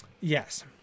Yes